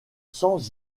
sans